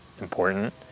important